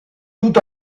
tout